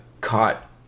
caught